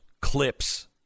clips